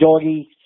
Doggy